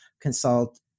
consult